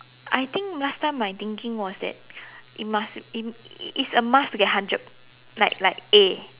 I think last time my thinking was that it must it it's a must to get hundred like like A